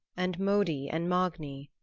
and modi and magni,